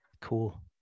Cool